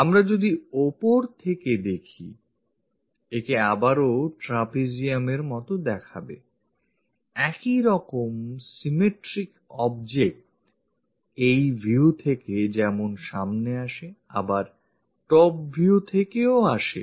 আমরা যদি ওপর থেকে দেখি একে আবারও trapeziumএর মতো দেখাবে একইরকম symmetric object এই view থেকে যেমন আসে আবার top view থেকেও আসে